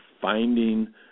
finding